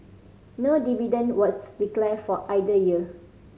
no dividend declared for either year